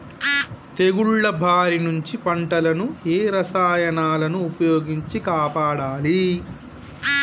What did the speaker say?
తెగుళ్ల బారి నుంచి పంటలను ఏ రసాయనాలను ఉపయోగించి కాపాడాలి?